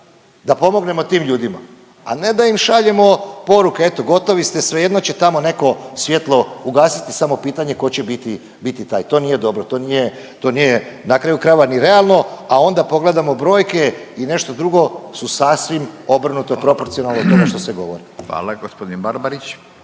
da pomognemo tim ljudima, a ne da im šaljemo poruke eto gotovi ste svejedno će tamo neko svjetlo ugasiti samo pitanje ko će biti taj. To nije dobro, to nije na kraju krajeva ni realno, a onda pogledamo brojke i nešto drugo su sasvim obrnuto proporcionalno od toga što se govori. **Radin, Furio